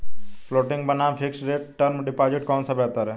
Floating बनाम fixed rate term deposit कौन सा बेहतर है?